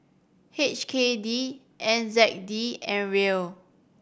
H K D N Z D and Riel